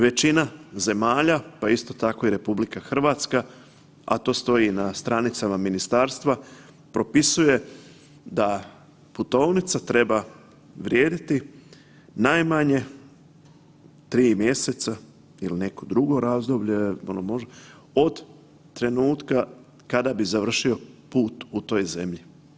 Većina zemalja, pa isto tako i RH, a to stoji i na stranicama ministarstva propisuje da putovnica treba vrijediti najmanje 3 mjeseca ili neko drugo razdoblje …/nerazumljivo/… od trenutka kada bi završio put u toj zemlji.